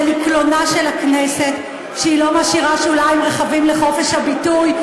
זה לקלונה של הכנסת שהיא לא משאירה שוליים רחבים לחופש הביטוי.